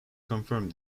confirm